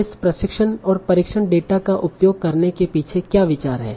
इस प्रशिक्षण और परीक्षण डेटा का उपयोग करने के पीछे क्या विचार है